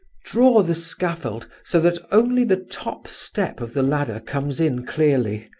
draw the scaffold so that only the top step of the ladder comes in clearly.